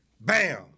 Bam